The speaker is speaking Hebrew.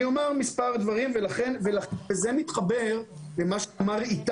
אני אומר מספר דברים וזה מתחבר למה שאמר איתי.